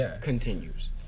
continues